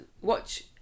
watch